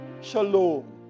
shalom